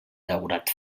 daurat